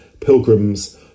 pilgrim's